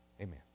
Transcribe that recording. Amen